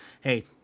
hey